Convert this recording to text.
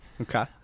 okay